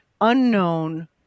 unknown